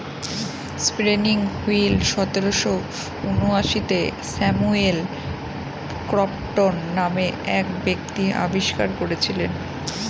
spinning wheel সতেরোশো ঊনআশিতে Samuel Crompton নামে এক ব্যক্তি আবিষ্কার করেছিলেন